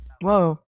Whoa